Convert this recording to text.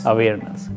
Awareness